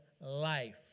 life